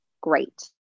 great